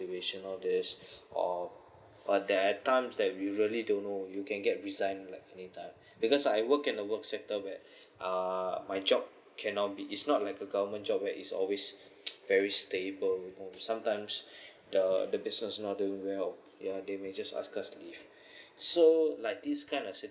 and all these or there are times that we really don't know you can get resign like anytime because I work in the work sector where uh my job cannot be it's not like a government job that is always very stable um sometimes the the business is not doing well ya they may just ask us to leave so like this kind of situation